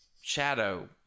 shadow